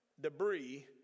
debris